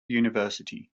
university